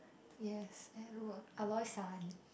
yes at work Aloy san